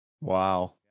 Wow